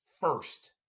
first